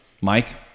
Mike